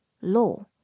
Law